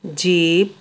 jeep